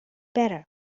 better